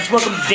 Welcome